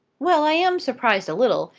well i am surprised a little,